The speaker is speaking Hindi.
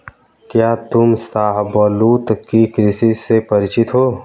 क्या तुम शाहबलूत की कृषि से परिचित हो?